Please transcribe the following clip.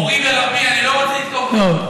מורי ורבי, אני לא רוצה לתקוף אותך.